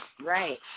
Right